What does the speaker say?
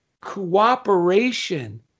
cooperation